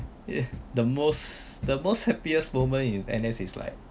the most the most happiest moment in N_S is like